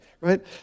Right